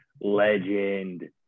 Legend